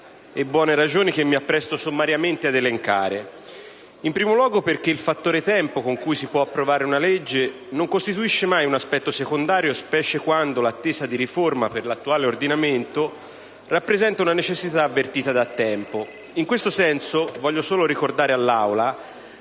buone ragioni che mi appresto sommariamente ad elencare. In primo luogo, il fattore relativo al tempo necessario per approvare una legge non costituisce mai un aspetto secondario, specie quando l'attesa di riforma per l'attuale ordinamento rappresenta un'esigenza avvertita da tempo. In questo senso, voglio solo ricordare all'Aula